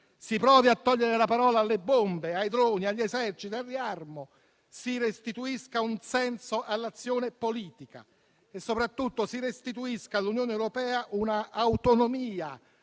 si provi a togliere la parola alle bombe, ai droni, agli eserciti, al riarmo; si restituisca un senso all'azione politica e soprattutto si restituisca all'Unione europea un'autonomia